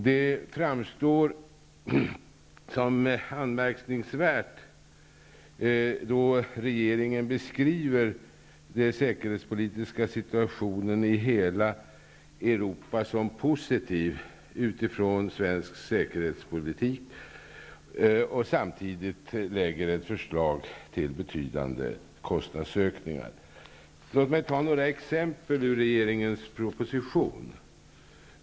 Det framstår som anmärkningsvärt att regeringen beskriver den säkerhetspolitiska situationen i hela Europa som positiv utifrån svensk säkerhetspolitik och samtidigt lägger fram förslag till betydande kostnadsökningar. Låt mig ta några exempel ur regeringens proposition.